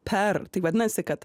per tai vadinasi kad